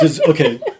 okay